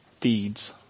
deeds